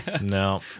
no